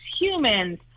humans